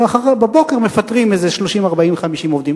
ובבוקר מפטרים איזה 40 50 עובדים.